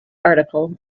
article